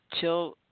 till